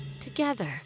together